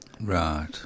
Right